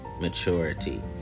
maturity